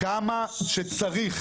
כמה שצריך.